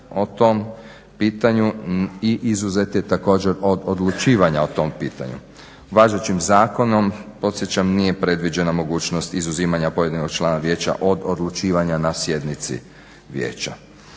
o tom pitanju i izuzet je također od odlučivanja o tom pitanju. Važećim zakonom podsjećam nije predviđena mogućnost izuzimanja pojedinog člana vijeća od odlučivanja na sjednici vijeća.